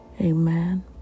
Amen